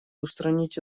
устранить